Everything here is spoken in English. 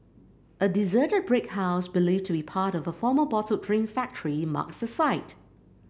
a deserted brick house believed to be part of a former bottled drink factory marks the site